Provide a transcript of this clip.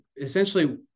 essentially